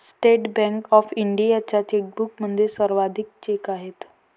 state Bank of इंडियाच्या चेकबुकमध्ये सर्वाधिक चेक आहेत